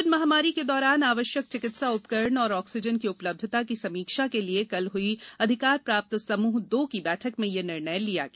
Covid महामारी के दौरान आवश्यक चिकित्सा उपकरण और ऑक्सीजन की उपलब्धता की समीक्षा के लिए कल हई अधिकार प्राप्त समूह दो की बैठक में यह निर्णय लिया गया